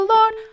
Lord